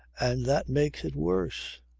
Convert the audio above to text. and that makes it worse.